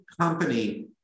company